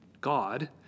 God